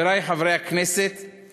חברי חברי הכנסת,